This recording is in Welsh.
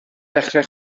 dechrau